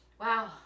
wow